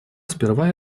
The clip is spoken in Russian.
сперва